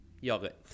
Yogurt